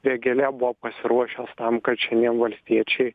vėgėlė buvo pasiruošęs tam kad šiandien valstiečiai